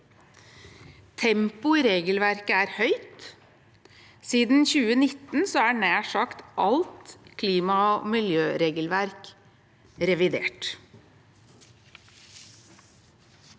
Tempoet i regelverket er høyt. Siden 2019 er nær sagt alt klima- og miljøregelverk revidert.